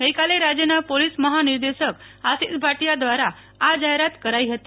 ગઈકાલે રાજ્યના પોલીસ મહાનિર્દેશક આશિષ ભાટીયા દ્વારા આ જાહેરાત કરાઈ હતી